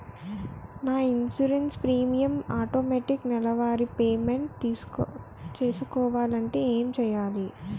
నా insurance premium automatic నెలవారి payment చేసుకోవాలంటే ఏంటి చేయాలి?